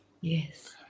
Yes